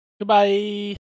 Goodbye